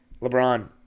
LeBron